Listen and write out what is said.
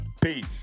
Peace